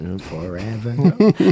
Forever